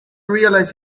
realize